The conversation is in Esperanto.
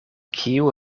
kiu